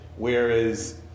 Whereas